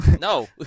No